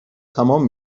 تمام